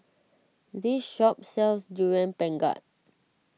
this shop sells Durian Pengat